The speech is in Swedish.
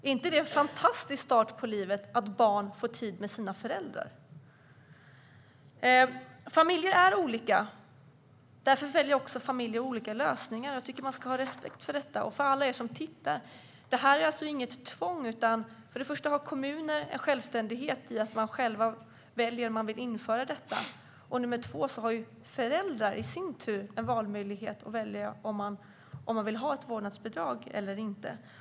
Är inte det en fantastisk start på livet att barn får tid med sina föräldrar? Familjer är olika. Därför väljer också familjer olika lösningar. Man ska ha respekt för detta. För alla er som tittar vill jag säga att detta inte är ett tvång. För det första har kommuner en självständighet i att de själva väljer om de vill införa detta. För det andra har föräldrar i sin tur en valmöjlighet att välja om de vill ha ett vårdnadsbidrag eller inte.